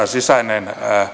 sisäinen